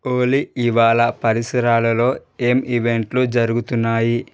హోలీ ఇవాళ పరిసరాలలో ఏం ఈవెంట్లు జరుగుతున్నాయి